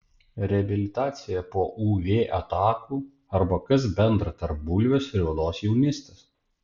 reabilitacija po uv atakų arba kas bendra tarp bulvės ir odos jaunystės